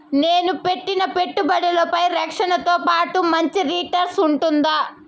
నేను పెట్టిన పెట్టుబడులపై రక్షణతో పాటు మంచి రిటర్న్స్ ఉంటుందా?